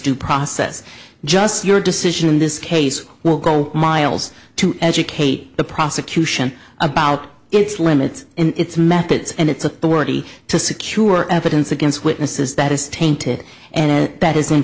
due process just your decision in this case will go miles to educate the prosecution about its limits in its methods and its authority to secure evidence against witnesses that is tainted and that is